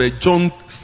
John